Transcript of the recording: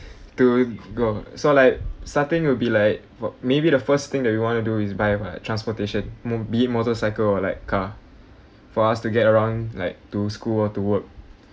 to go so like starting will be like maybe the first thing that we want to do is buy a transportation mo~ be it motorcycle or like car for us to get around like to school or to work